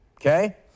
okay